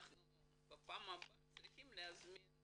בפעם הבאה אנחנו צריכים להזמין את